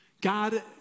God